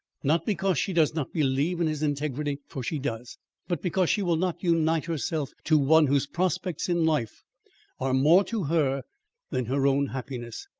not because she does not believe in his integrity, for she does but because she will not unite herself to one whose prospects in life are more to her than her own happiness.